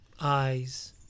eyes